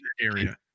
area